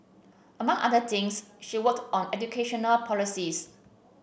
among other things she worked on educational policies